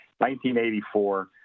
1984